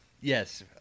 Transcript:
Yes